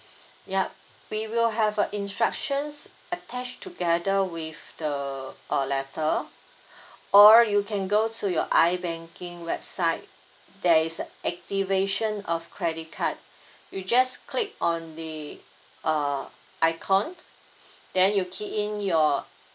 yup we will have a instructions attached together with the uh letter or you can go to your ibanking website there is activation of credit card you just click on the uh icon then you key in your